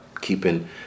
keeping